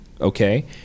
Okay